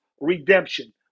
redemption